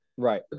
Right